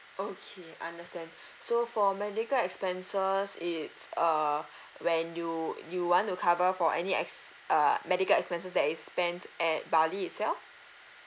okay understand so for medical expenses it's uh when you you want to cover for any ex~ uh medical expenses that is spent at bali itself